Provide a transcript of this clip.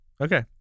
Okay